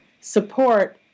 support